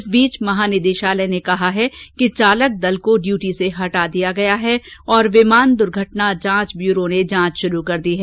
इस बीच महानिदेशालय नेकहा है कि चालक दल को ड्यूटी से हटा दिया गया है और विमान दुर्घटना जांच ब्यूरो नेजांच शुरू कर दी है